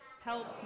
help